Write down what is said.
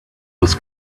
was